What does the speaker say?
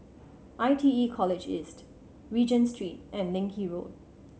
I T E College East Regent Street and Leng Kee Road